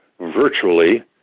virtually